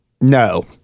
No